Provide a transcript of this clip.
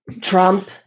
trump